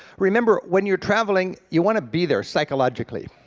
remember, when you're traveling you want to be there psychologically.